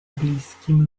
bliskim